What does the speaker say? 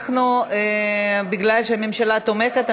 בגלל שהממשלה תומכת,